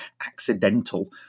accidental